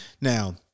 now